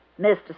Mr